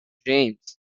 james